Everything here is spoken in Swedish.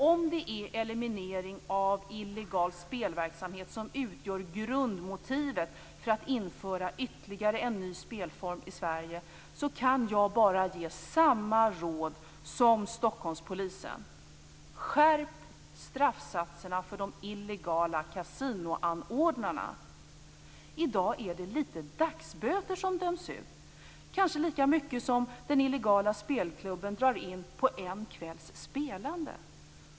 Om det är eliminering av illegal spelverksamhet som utgör grundmotivet för att införa ytterligare en ny spelform i Sverige, kan jag bara ge samma råd som Stockholmspolisen ger: I dag är det lite dagsböter som döms ut, kanske lika mycket som den illegala spelklubben drar in på en kvälls spelande.